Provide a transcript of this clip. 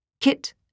Kit